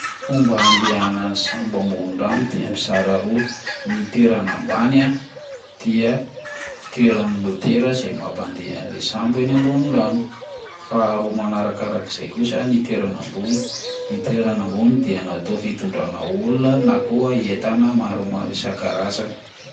Ny fomba handehanan'ny sambo ambony rano dia mizara roa: ny toerana ambany a dia fitoeran'ny motera zay mampandeha an'le sambo eny ambony rano; faharoa manarakarak'izay kosa ny toerana ambony, ny toerana ambony dia natao fitondrana olona na koa entana maromaro isan-karazany.